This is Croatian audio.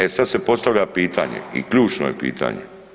E sad se postavlja pitanje i ključno je pitanje.